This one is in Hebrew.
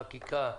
חקיקה,